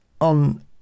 on